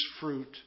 fruit